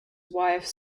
wife